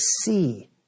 see